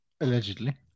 Allegedly